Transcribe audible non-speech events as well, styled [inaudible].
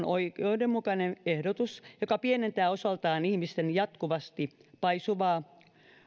[unintelligible] oikeudenmukainen ehdotus joka pienentää osaltaan ihmisten jatkuvasti paisuvaa